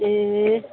ए